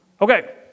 Okay